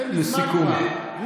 זה כבר מזמן.